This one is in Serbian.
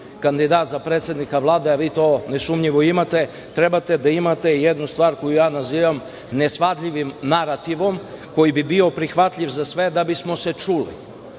kandidat za predsednika Vlade, a vi to nesumnjivo imate, trebate da imate i jednu stvar koju nazivam ne svadljivim narativom koji bi bio prihvatljiv za sve da bismo se čuli.